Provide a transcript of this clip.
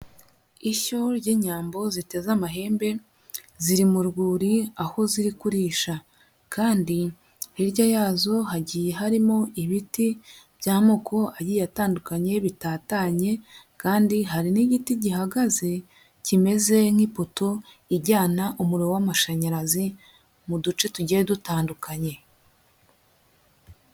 Ishyo ry'inyambo ziteze amahembe ziri mu rwuri aho ziri kurisha kandi hirya yazo hagiye harimo ibiti by'amoko agiye atandukanye bitatanye kandi hari n'igiti gihagaze kimeze nk'ipoto ijyana umuriro w'amashanyarazi mu duce tugiye dutandukanye.